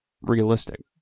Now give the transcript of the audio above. realistic